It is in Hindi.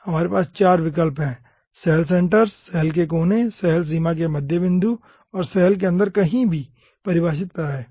आपके पास चार विकल्प है सैल सेंटर्स सैल के कोने सैल सीमा के मध्य बिंदु और सैल के अंदर कहीं भी परिभाषित किया जा सकता है ठीक है